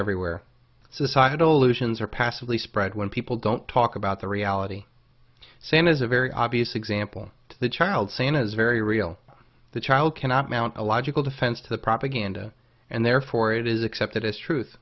everywhere societal allusions are passably spread when people don't talk about the reality sam is a very obvious example to the child santa is very real the child cannot mount a logical defense to the propaganda and therefore it is accepted as truth